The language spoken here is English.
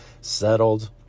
settled